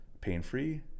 pain-free